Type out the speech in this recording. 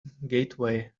getaway